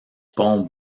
pont